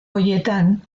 horietan